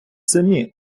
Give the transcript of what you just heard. самі